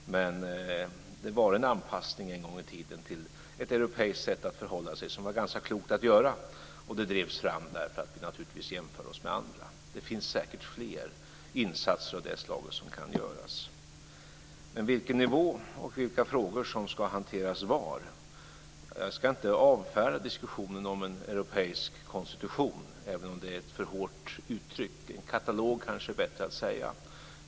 Men det var en gång i tiden en anpassning till ett europeiskt sätt att förhålla sig som var ganska klok att göra, och den drevs fram därför att vi naturligtvis jämför oss med andra. Det finns säkert fler insatser av det slaget som kan göras. Men när det gäller vilken nivå och vilka frågor som ska hanteras var ska jag inte avfärda diskussionen om en europeisk konstitution, även om det är ett för hårt uttryck. Det kanske är bättre att säga en katalog.